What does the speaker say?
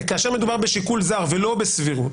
כאשר מדובר בשיקול זר ולא בסבירות,